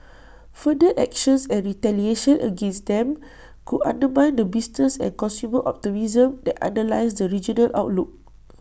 further actions and retaliation against them could undermine the business and consumer optimism that underlies the regional outlook